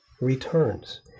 returns